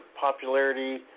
popularity